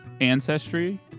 ancestry